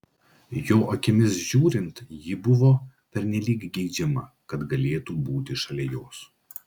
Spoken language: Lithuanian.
jo akimis žiūrint ji buvo pernelyg geidžiama kad galėtų būti šalia jos